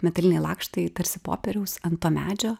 metaliniai lakštai tarsi popieriaus ant to medžio